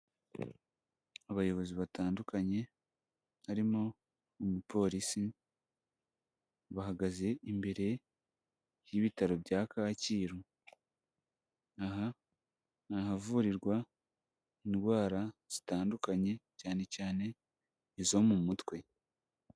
Abayobozi batandukanye harimo umupolisi, bahagaze imbere y'ibitaro bya Kacyiru aha ni ahavurirwa indwara zitandukanye, cyane cyane izo mu mutwe.